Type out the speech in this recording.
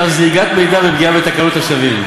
זליגת מידע ופגיעה בתקנות השבים,